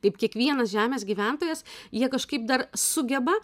kaip kiekvienas žemės gyventojas jie kažkaip dar sugeba